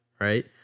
right